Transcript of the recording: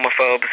homophobes